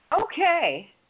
Okay